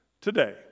today